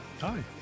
Hi